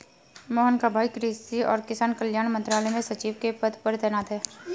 मोहन का भाई कृषि और किसान कल्याण मंत्रालय में सचिव के पद पर तैनात है